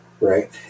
right